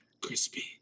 crispy